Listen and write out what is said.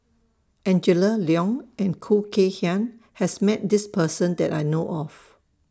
Angela Liong and Khoo Kay Hian has Met This Person that I know of